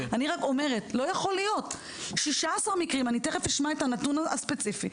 אני רק אומרת שלא יכול להיות שרוב 16 המקרים הם בגילאי אפס עד ארבע.